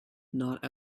not